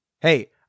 Hey